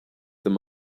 them